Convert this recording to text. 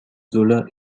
zola